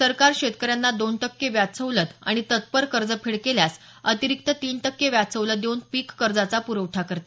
सरकार शेतकऱ्यांना दोन टक्के व्याज सवलत आणि तत्पर कर्जफेड केल्यास अतिरिक्त तीन टक्के व्याज सवलत देऊन पीक कर्जाचा प्रवठा करते